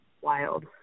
wild